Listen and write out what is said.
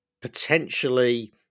potentially